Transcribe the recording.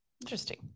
Interesting